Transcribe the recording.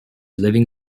living